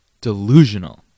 delusional